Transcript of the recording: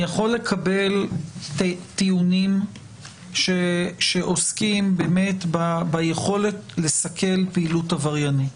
אני יכול לקבל טיעונים שעוסקים ביכולת לסכל פעילות עבריינית,